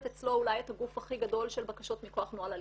אצלו אולי את הגוף הכי גדול של בקשות מכח נוהל אלימות.